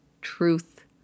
truth